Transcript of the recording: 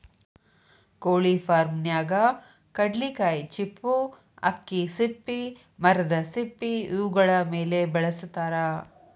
ಕೊಳಿ ಫಾರ್ಮನ್ಯಾಗ ಕಡ್ಲಿಕಾಯಿ ಚಿಪ್ಪು ಅಕ್ಕಿ ಸಿಪ್ಪಿ ಮರದ ಸಿಪ್ಪಿ ಇವುಗಳ ಮೇಲೆ ಬೆಳಸತಾರ